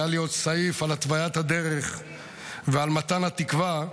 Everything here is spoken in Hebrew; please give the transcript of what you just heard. היה לי עוד סעיף על התוויית הדרך ועל מתן התקווה.